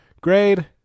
Grade